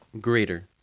greater